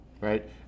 right